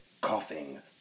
Coughing